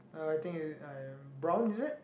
uh I think brown is it